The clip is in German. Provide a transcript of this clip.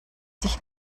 sich